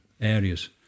areas